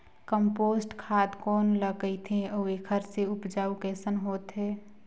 Compost खाद कौन ल कहिथे अउ एखर से उपजाऊ कैसन होत हे?